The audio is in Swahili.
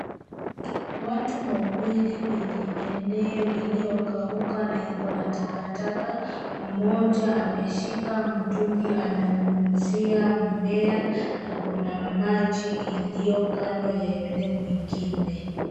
Watu wawili kwenye eneo iliyokauka na iko na takataka. Mmoja ameshika mtungi ananyunyuzia mmea na kuna maji iliyo kando ya yule mwingine.